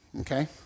Okay